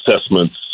assessments